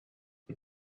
but